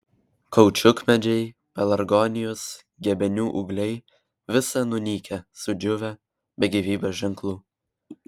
kaučiukmedžiai pelargonijos gebenių ūgliai visa nunykę sudžiūvę be gyvybės ženklų